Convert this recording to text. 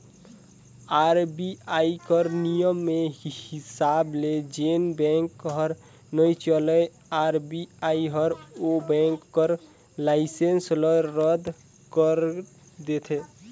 RBI कर नियम के हिसाब ले जेन बेंक हर नइ चलय आर.बी.आई हर ओ बेंक कर लाइसेंस ल रद कइर देथे